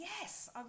yes